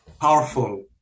powerful